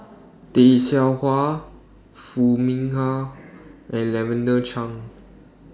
Tay Seow Huah Foo Mee Har and Lavender Chang